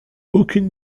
aucune